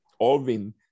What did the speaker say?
Alvin